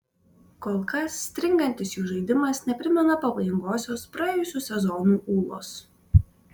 kol kas stringantis jų žaidimas neprimena pavojingosios praėjusių sezonų ūlos